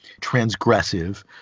transgressive